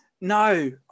No